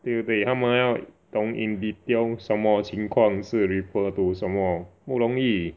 对不对他们要懂 in detail 什么情况是 ripple 读什么不容易